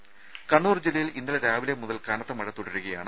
രുമ കണ്ണൂർ ജില്ലയിൽ ഇന്നലെ രാവിലെ മുതൽ കനത്ത മഴ തുടരുകയാണ്